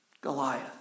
Goliath